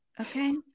okay